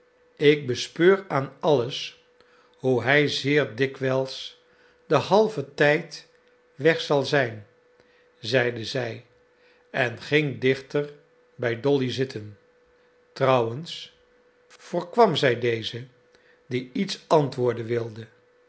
ik bespeur aan alles hoe hij zeer dikwijls den halven tijd weg zal zijn zeide zij en ging dichter bij dolly zitten trouwens voorkwam zij deze die iets antwoorden wilde